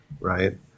Right